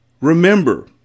Remember